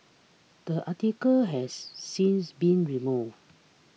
that article has since been removed